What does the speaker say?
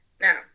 Now